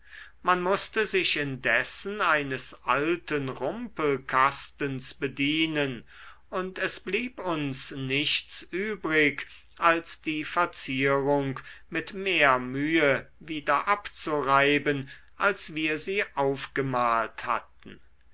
man mußte sich indessen eines alten rumpelkastens bedienen und es blieb uns nichts übrig als die verzierung mit mehr mühe wieder abzureiben als wir sie aufgemalt hatten